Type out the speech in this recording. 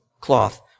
cloth